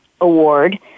award